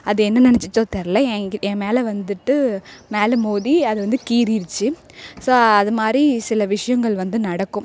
அது என்ன நினச்சிச்சோ தெரில என் என் மேல் வந்துட்டு மேலே மோதி அது வந்து கீறிடித்து ஸோ அதுமாதிரி சில விஷயங்கள் வந்து நடக்கும்